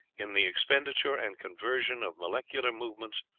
in the expenditure and conversion of molecular movements,